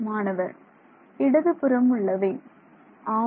மாணவர் இடதுபுறம் உள்ளவை ஆம்